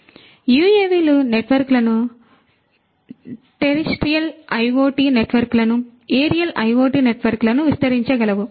కాబట్టి యుఎవిలు నెట్వర్క్లను టెరెస్ట్రియల్ ఐయోటి నెట్వర్క్లను ఏరియల్ ఐఒటి నెట్వర్క్లకు విస్తరించగలవు